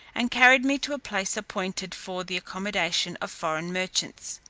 and carried me to a place appointed for the accommodation of foreign merchants.